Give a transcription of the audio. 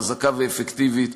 חזקה ואפקטיבית,